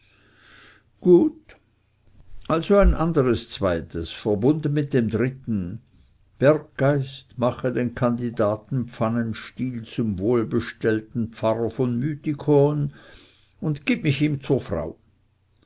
gut also ein anderes zweites verbunden mit dem dritten berggeist mache den kandidaten pfannenstiel zum wohlbestellten pfarrer von mythikon und gib mich ihm zur frau